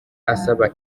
asaba